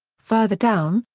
farther down,